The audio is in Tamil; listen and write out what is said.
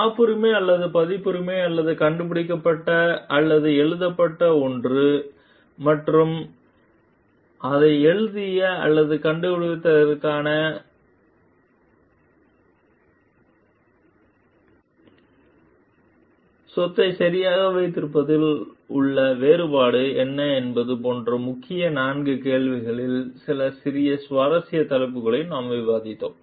காப்புரிமை அல்லது பதிப்புரிமை அல்லது கண்டுபிடிக்கப்பட்ட அல்லது எழுதப்பட்ட ஒன்று மற்றும் அதை எழுதிய அல்லது கண்டுபிடித்ததற்கான கடன் போன்ற ப்ரோரேட் சொத்தை சரியாக வைத்திருப்பதில் உள்ள வேறுபாடு என்ன என்பது போன்ற முக்கிய கேள்வி 4 இல் சில சிறிய சுவாரஸ்யமான தலைப்புகளை நாங்கள் விவாதித்தோம்